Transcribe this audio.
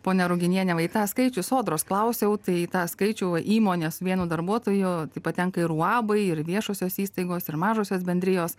ponia ruginiene va į tą skaičių sodros klausiau tai tą skaičių įmonės vieno darbuotojo patenka ir uabai ir viešosios įstaigos ir mažosios bendrijos